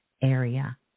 area